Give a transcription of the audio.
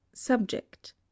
Subject